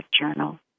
journal